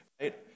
right